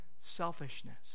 selfishness